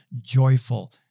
joyful